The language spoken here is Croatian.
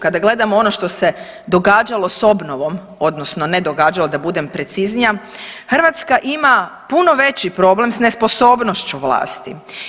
Kada gledamo ono što se događalo s obnovom odnosno ne događalo da budem preciznija, Hrvatska ima puno veći problem s nesposobnošću vlasti.